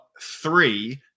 three